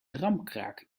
ramkraak